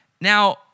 Now